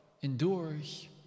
endures